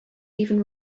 even